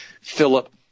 Philip